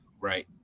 right